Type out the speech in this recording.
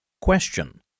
Question